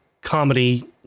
comedy